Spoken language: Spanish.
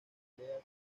emplea